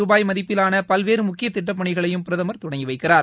ரூபாய் மதிப்பிலாள பல்வேறு முக்கிய திட்டப் பணிகளையும் பிரதமர் தொடங்கி வைக்கிறார்